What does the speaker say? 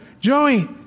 Joey